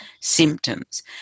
symptoms